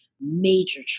major